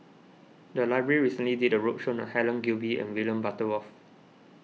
the library recently did a roadshow on Helen Gilbey and William Butterworth